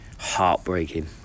heartbreaking